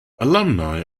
alumni